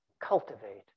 cultivate